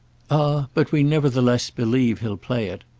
ah but we nevertheless believe he'll play it.